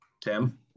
tim